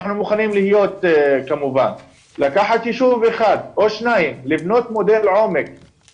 ואנחנו כמובן להיות הישוב זה או שני ישובים ולבנות מודל לעומק,